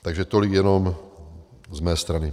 Takže tolik jenom z mé strany.